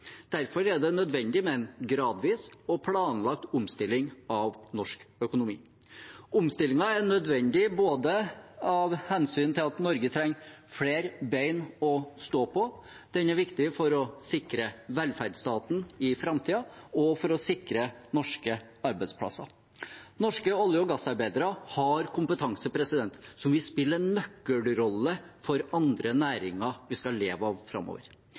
Derfor er det nødvendig med en gradvis og planlagt omstilling av norsk økonomi. Omstillingen er nødvendig av hensyn til at Norge trenger flere bein å stå på, og den er viktig for å sikre velferdsstaten i framtiden og for å sikre norske arbeidsplasser. Norske olje- og gassarbeidere har kompetanse som vil spille en nøkkelrolle for andre næringer vi skal leve av framover.